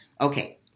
Okay